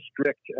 strict